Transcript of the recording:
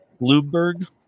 Bloomberg